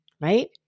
right